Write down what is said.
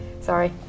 sorry